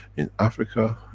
in africa,